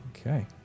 Okay